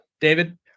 david